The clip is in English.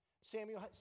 Samuel